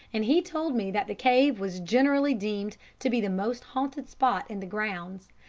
and he told me that the cave was generally deemed to be the most haunted spot in the grounds,